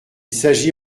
s’agit